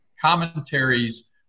Commentaries